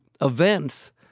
events